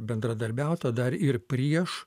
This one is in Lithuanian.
bendradarbiauta dar ir prieš